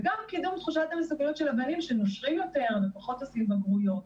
וגם קידום תחושת המסוגלות של הבנים שנושרים יותר ופחות עושים בגרויות.